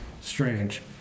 strange